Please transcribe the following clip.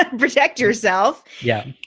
ah reject yourself. yeah.